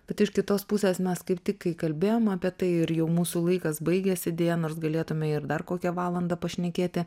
bet iš kitos pusės mes kaip tik kai kalbėjom apie tai ir jau mūsų laikas baigiasi deja nors galėtume ir dar kokią valandą pašnekėti